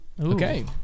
Okay